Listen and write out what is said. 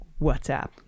WhatsApp